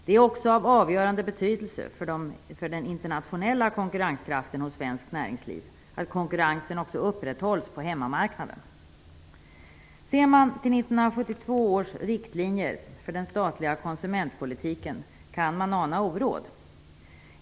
Det är också av avgörande betydelse för den internationella konkurrenskraften hos svenskt näringsliv att konkurrensen upprätthålls också på hemmamarknaden. Ser man till 1972 års riktlinjer för den statliga konsumentpolitiken kan man ana oråd.